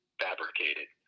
fabricated